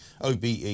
OBE